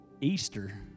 Easter